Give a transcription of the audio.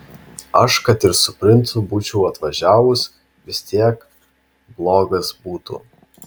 aš kad ir su princu būčiau atvažiavus vis tiek blogas būtų